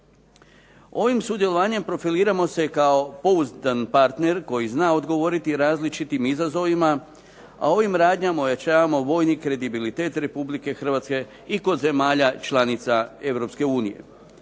Ovim sudjelovanjem profiliramo se kao pouzdan partner koji zna odgovoriti različitim izazovima, a ovim radnjama ojačavamo vojni kredibilitet Republike Hrvatske i kod zemalja članica